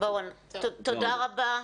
תודה רבה.